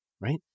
right